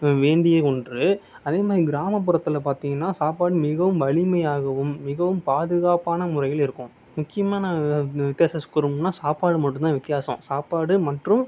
வேண்டிய ஒன்று அதேமாதிரி கிராமபுறத்தில் பார்த்தீங்கன்னா சாப்பாடு மிகவும் வலிமையாகவும் மிகவும் பாதுகாப்பான முறையில் இருக்கும் முக்கியமாக நான் இந்த வித்தியாச கூறனும்னா சாப்பாடு மட்டும் தான் வித்தியாசம் சாப்பாடு மற்றும்